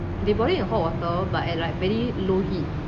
they boil it in hot water but at like very low heat